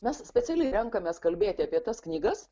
mes specialiai renkamės kalbėti apie tas knygas